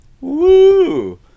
woo